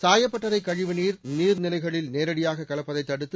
சாயப்பட்டறை கழிவு நீர் நீர்நிலைகளில் நேரடியாக கலப்பதை தடுத்து